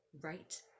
right